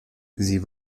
sie